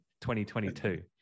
2022